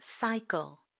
cycle